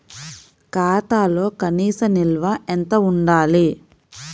ఖాతాలో కనీస నిల్వ ఎంత ఉండాలి?